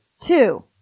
Two